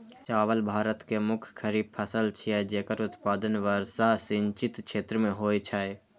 चावल भारत के मुख्य खरीफ फसल छियै, जेकर उत्पादन वर्षा सिंचित क्षेत्र मे होइ छै